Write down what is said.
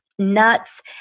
Nuts